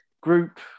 Group